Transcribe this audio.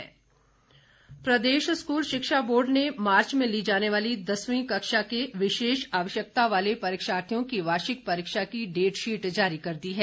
date sheet प्रदेश school शिक्षा board ने मार्च में ली जाने वाली दसवीं कक्षा के विशेष आवश्यकताओं वाले परीक्षार्थियों की वार्षिक परीक्षा की डेटशीट जारी कर दी है